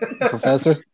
Professor